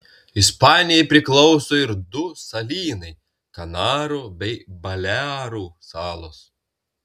ispanijai priklauso ir du salynai kanarų bei balearų salos